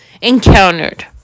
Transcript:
encountered